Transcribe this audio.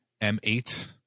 M8